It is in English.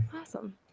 Awesome